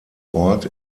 ort